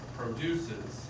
produces